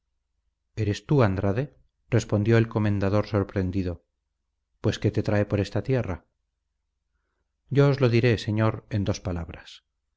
eres tú andrade respondió el comendador sorprendido pues qué te trae por esta tierra yo os lo diré señor en dos palabras